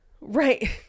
right